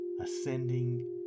ascending